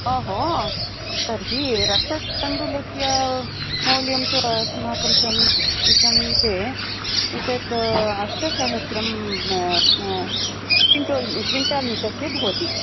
ओहो तर्हि रक्ततण्डुलस्य मूल्यं तु अस्माकं सम समीपे एतत् अष्टसहस्रं क्विन् क्विण्टाल् मितस्य् तस्य भवति